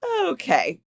Okay